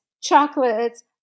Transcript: chocolates